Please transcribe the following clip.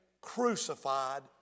crucified